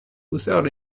without